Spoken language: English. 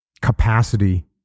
capacity